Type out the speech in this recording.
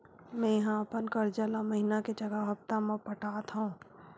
मेंहा अपन कर्जा ला महीना के जगह हप्ता मा पटात हव